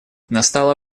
настало